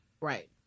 right